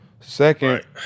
Second